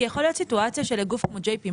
קרן: יכולה להיות סיטואציה שלך גוף כמו ג'י.פי.